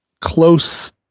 close